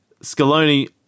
Scaloni